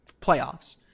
playoffs